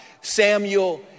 Samuel